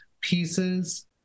pieces